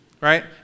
right